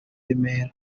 remera